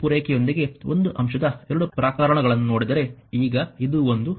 ವಿದ್ಯುತ್ ಪೂರೈಕೆಯೊಂದಿಗೆ ಒಂದು ಅಂಶದ 2 ಪ್ರಕರಣಗಳನ್ನು ನೋಡಿದರೆ ಈಗ ಇದು ಒಂದು